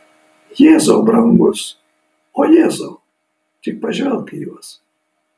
jėzau brangus o jėzau tik pažvelk į juos